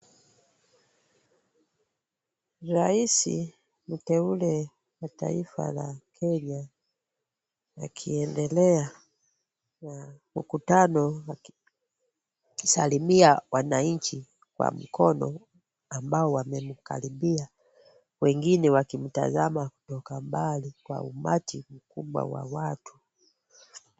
Rais mteule wa taifa la Kenya akiendelea na mkutano akisalimia wananchi kwa mikono ambao wamemkaribia wengine wakimtazama kutoka mbali kwa umati mkubwa wa watu.